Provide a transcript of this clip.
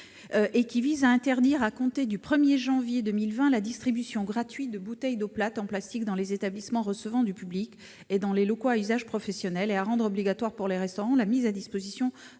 qui interdit, à compter du 1 janvier 2020, la distribution gratuite de bouteilles d'eau plate en plastique dans les établissements recevant du public et dans les locaux à usage professionnel, et qui rend obligatoire pour les restaurants la mise à disposition